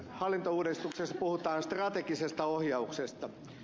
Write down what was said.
hallintouudistuksessa puhutaan strategisesta ohjauksesta